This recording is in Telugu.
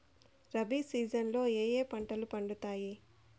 రబి సీజన్ లో ఏ ఏ పంటలు పండుతాయి